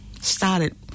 started